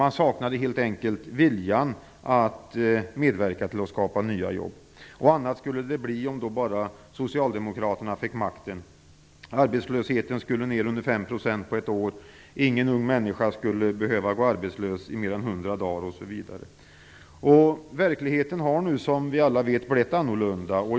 Man saknade helt enkelt viljan att medverka till att skapa nya jobb. Annat skulle det bli om bara socialdemokraterna fick makten. Arbetslösheten skulle ned under 5 % på ett år. Ingen ung människa skulle behöva gå arbetslös mer än hundra dagar osv. Verkligheten har blivit annorlunda, som vi alla vet.